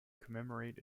commemorate